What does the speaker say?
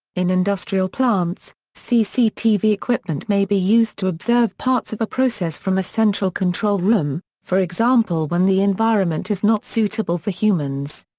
in industrial plants, cctv equipment may be used to observe parts of a process from a central control room, for example when the environment is not suitable for humans.